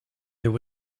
there